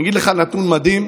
אני אגיד לך נתון מדהים: